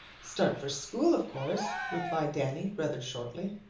start for school of course, replied danny rather shortly.